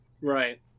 Right